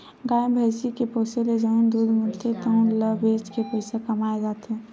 गाय, भइसी के पोसे ले जउन दूद मिलथे तउन ल बेच के पइसा कमाए जाथे